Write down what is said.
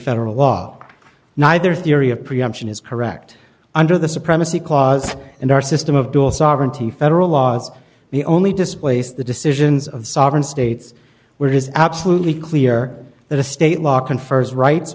federal law neither theory of preemption is correct under the supremacy clause in our system of dual sovereignty federal laws the only displace the decisions of sovereign states where it is absolutely clear that a state law confers rights